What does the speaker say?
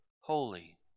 holy